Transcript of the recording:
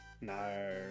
No